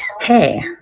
Hey